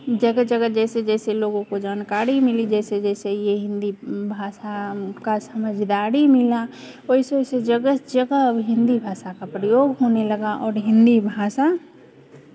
जगह जगह जैसे जैसे लोगों को जानकारी मिली जैसे जैसे ये हिंदी भाषा का समझदारी मिला वैसे वैसे जगह जगह अब हिंदी भाषा का प्रयोग होने लगा और हिंदी भाषा